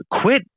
Quit